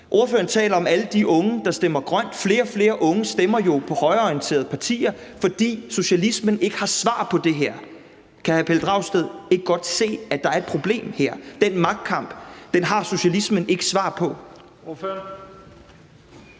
Ordføreren taler om alle de unge, der stemmer grønt, men flere og flere unge stemmer jo på højreorienterede partier, fordi socialismen ikke har svar på det her. Kan hr. Pelle Dragsted ikke godt se, at der er et problem her – at den magtkamp har socialismen ikke svar på?